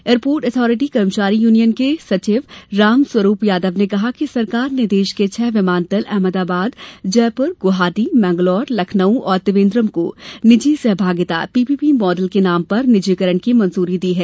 airport authority कर्मचारी union के सचिव रामस्वरुप यादव ने बताया कि सरकार ने देश के छह विमानतल अहमदाबाद जयपुर गुवाहाटी मैंगलोर लखनऊ और त्रिवेंद्रम को निजी सहभागिता पीपीपी मॉडल के नाम पर निजीकरण की मंजूरी दी है